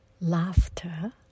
laughter